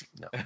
No